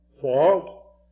fault